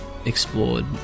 explored